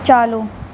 چالو